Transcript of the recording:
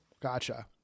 Gotcha